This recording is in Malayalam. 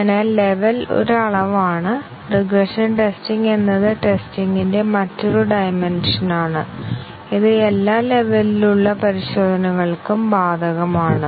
അതിനാൽ ലെവൽ ഒരു അളവാണ് റിഗ്രഷൻ ടെസ്റ്റിംഗ് എന്നത് ടെസ്റ്റിംഗിന്റെ മറ്റൊരു ഡൈമെൻഷൻ ആണ് ഇത് എല്ലാ ലെവെലിലുള്ള പരിശോധനകൾക്കും ബാധകമാണ്